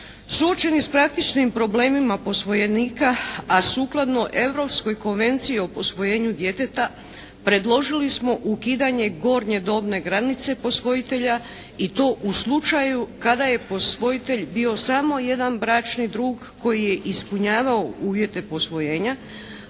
suočeni s praktičnim problemima posvojenika, a sukladno Europskoj konvenciji o posvojenju djeteta, predložili smo ukidanje gornje dobne granice posvojitelja i to u slučaju kada je posvojitelj bio samo jedan bračni drug koji je ispunjavao uvjete posvojenja,